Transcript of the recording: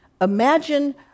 Imagine